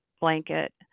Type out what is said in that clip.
blanket